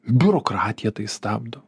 biurokratija tai stabdo